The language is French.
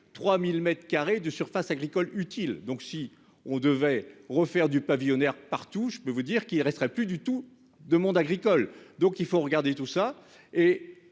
3000 m2 de surface agricole utile. Donc si on devait refaire du pavillonnaire partout, je peux vous dire qu'il resterait plus du tout de monde agricole, donc il faut regarder tout ça